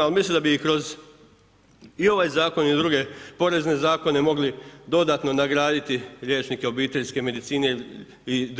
Ali mislim da bi ih kroz i ovaj zakon i druge porezne zakone mogli dodatno nagraditi liječnike obiteljske medicine i